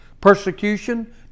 Persecution